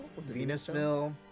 Venusville